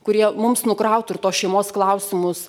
kurie mums nukrautų ir tos šeimos klausimus